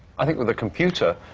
i think with a computer,